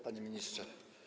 Panie Ministrze!